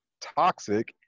toxic